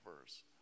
verse